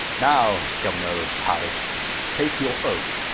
now gouernour of paris take your oath,